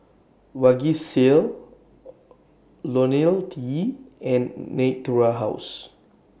Vagisil Lonil T and Natura House